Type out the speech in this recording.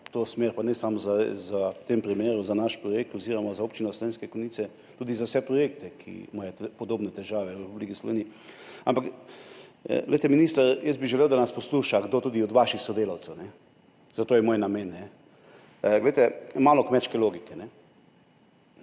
to smer, pa ne samo v tem primeru za naš projekt oziroma za Občino Slovenske Konjice, tudi za vse projekte, kjer imajo podobne težave v Republiki Sloveniji. Ampak, minister, jaz bi želel, da nas posluša tudi kdo od vaših sodelavcev, to je moj namen. Malo kmečke logike.